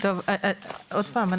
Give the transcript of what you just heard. עוד פעם,